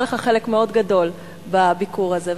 היה לך חלק מאוד גדול בביקור הזה,